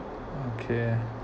okay